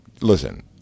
listen